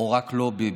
או "רק לא ביבי".